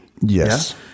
Yes